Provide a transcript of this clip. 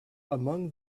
among